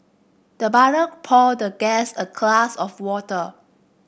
the butler poured the guest a glass of water